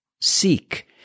seek